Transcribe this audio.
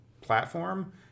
platform